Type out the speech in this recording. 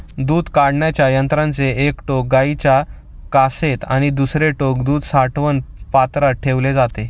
दूध काढण्याच्या यंत्राचे एक टोक गाईच्या कासेत आणि दुसरे टोक दूध साठवण पात्रात ठेवले जाते